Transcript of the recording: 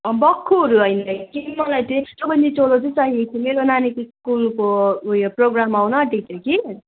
बख्खुहरू होइन कि मलाई त्यो चौबन्दी चोलो चाहिँ चाहिएको त्यो मेरो नानीको स्कुलको उयो प्रोग्राम आउनु आँटेको थियो कि